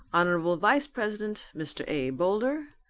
hon. vice-president, mr. a. boulder,